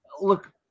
look